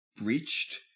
breached